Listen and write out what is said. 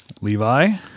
Levi